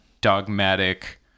dogmatic